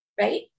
right